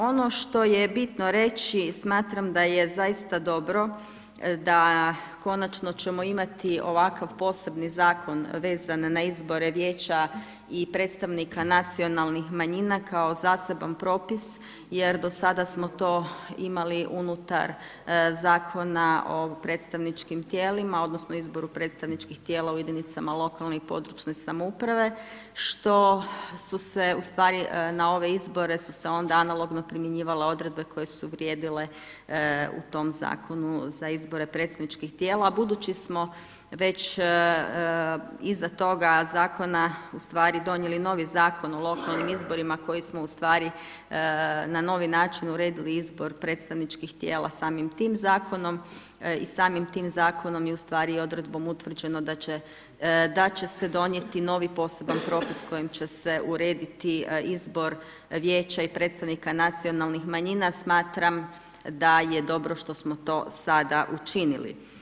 Ono što je bitno reći, smatram da je zaista dobro da konačno ćemo imati ovakav posebni zakon vezan na izbore vijeća i predstavnika nacionalnih manjina kao zaseban propis jer do sada smo to imali unutar Zakona o predstavničkim tijelima odnosno izboru predstavničkih tijela u jedinicama lokalne i područne samouprave, što su se ustvari na ove izbore su se onda analogno primjenjivale odredbe koje su vrijedile u tom zakonu za izbore predstavničkih tijela, budući smo već iza toga zakona u stvari donijeli novi Zakon o lokalnim izborima koji smo ustvari na novi način uredili izbor predstavničkih tijela samim tim zakonom i samim tim zakonom i u stvari odredbom utvrđeno da će se donijeti novi poseban propis kojim će se urediti izbor vijeća i predstavnika nacionalnih manjina, smatram da je dobro što smo to sada učinili.